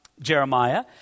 Jeremiah